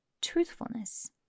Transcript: truthfulness